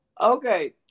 Okay